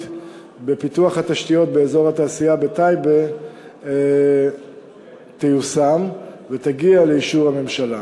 בפיתוח התשתיות באזור התעשייה בטייבה תיושם ותגיע לאישור הממשלה.